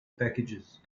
packages